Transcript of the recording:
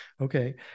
Okay